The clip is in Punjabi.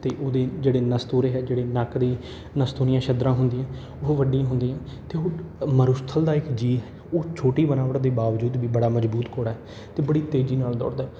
ਅਤੇ ਉਹਦੀ ਜਿਹੜੇ ਨਸਤੂਰੇ ਹੈ ਜਿਹੜੇ ਨੱਕ ਦੀ ਨਸਥੂਣੀਆਂ ਛਦਰਾ ਹੁੰਦੀਆਂ ਉਹ ਵੱਡੀਆਂ ਹੁੰਦੀਆਂ ਅਤੇ ਉਹ ਮਾਰੂਥਲ ਦਾ ਇੱਕ ਜੀਅ ਉਹ ਛੋਟੀ ਬਨਾਵਟ ਦੇ ਬਾਵਜੂਦ ਵੀ ਬੜਾ ਮਜ਼ਬੂਤ ਘੋੜਾ ਹੈ ਅਤੇ ਬੜੀ ਤੇਜ਼ੀ ਨਾਲ ਦੌੜਦਾ ਹੈ